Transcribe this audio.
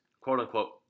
quote-unquote